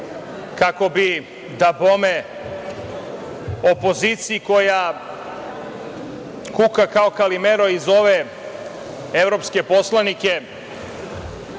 kako bi, dabome, opoziciji koja kuka kao Kalimero i zove evropske poslanike